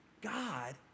God